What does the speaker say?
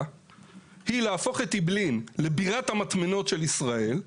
להפוך את אעבלין לבירת המטמנות בישראל,